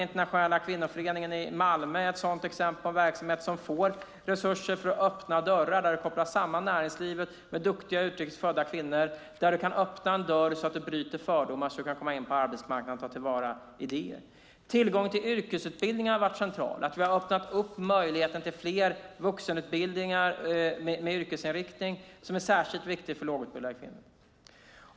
Internationella kvinnoföreningen i Malmö är ett exempel på en verksamhet som får resurser för att öppna dörrar där näringslivet kopplas samman med duktiga utrikes födda kvinnor och där du kan öppna en dörr, bryta fördomar, komma in på arbetsmarknaden och ta till vara idéer. Tillgången till yrkesutbildningar har varit central. Vi har öppnat upp möjligheten till fler vuxenutbildningar med yrkesinriktning som är särskilt viktigt för lågutbildade kvinnor.